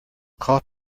caught